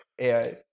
AI